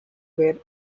were